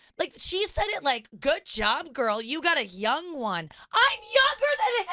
like she said it like, good job girl, you got a young one. i'm younger than